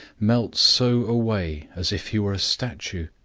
melts so away, as if he were a statue,